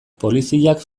poliziak